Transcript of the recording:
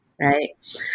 right